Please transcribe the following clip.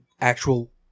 actual